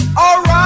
alright